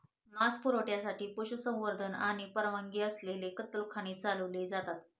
मांस पुरवठ्यासाठी पशुसंवर्धन आणि परवानगी असलेले कत्तलखाने चालवले जातात